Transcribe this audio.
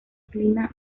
clima